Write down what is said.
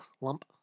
Lump